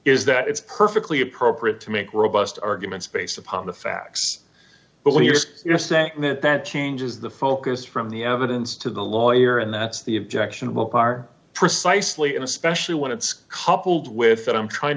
is that it's perfectly appropriate to make robust arguments based upon the facts but what you're just you're saying that that changes the focus from the evidence to the lawyer and that's the objection will par precisely and especially when it's coupled with that i'm trying